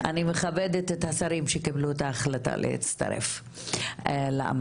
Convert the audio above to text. אני מכבדת את השרים שקיבלו את ההחלטה להצטרף לאמנה.